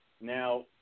now